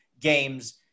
games